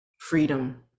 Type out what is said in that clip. freedom